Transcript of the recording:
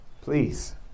Please